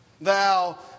Thou